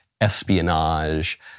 Espionage